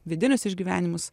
vidinius išgyvenimus